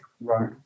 Right